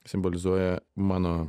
simbolizuoja mano